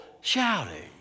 shouting